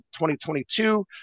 2022